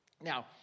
Now